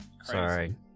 Sorry